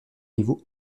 niveau